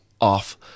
off